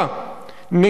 עד לפני כמה דקות,